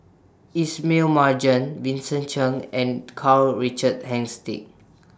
Ismail Marjan Vincent Cheng and Karl Richard